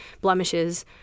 blemishes